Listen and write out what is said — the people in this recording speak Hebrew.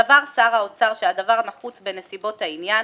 סבר שר האוצר שהדבר נחוץ בנסיבות העניין,